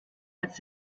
als